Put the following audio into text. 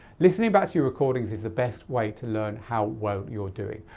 listening back to your recordings is the best way to learn how well you're doing.